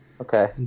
Okay